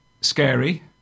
scary